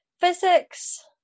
Physics